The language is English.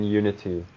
unity